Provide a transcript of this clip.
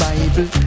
Bible